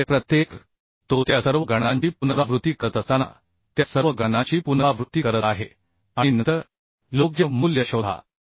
त्यामुळे प्रत्येक तो त्या सर्व गणनांची पुनरावृत्ती करत असताना त्या सर्व गणनांची पुनरावृत्ती करत आहे आणि नंतर योग्य मूल्य शोधा